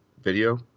video